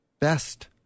best